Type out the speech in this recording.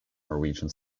norwegian